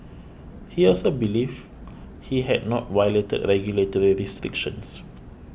he also believed he had not violated regulatory restrictions